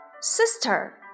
sister